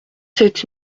sept